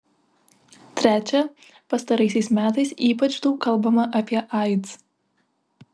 trečia pastaraisiais metais ypač daug kalbama apie aids